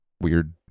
weird